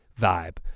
vibe